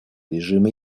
режима